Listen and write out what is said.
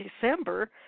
December